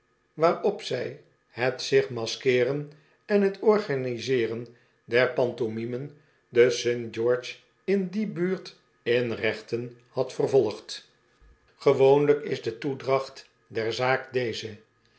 waarop zij het zich maskeeren en het organiseer en der pantomimen de st george in die buurt in rechten hadden vervolgd gewoonlijk is de toedracht der zaak deze